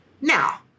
Now